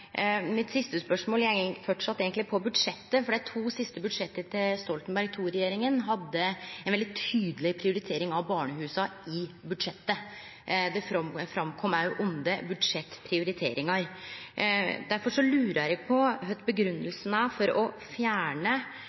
mitt handlar eigentleg om budsjettet. Dei to siste budsjetta til Stoltenberg II-regjeringa prioriterte veldig tydeleg barnehusa. Det kom òg fram under budsjettprioriteringane. Difor lurer eg på kva som er grunngjevinga for å fjerne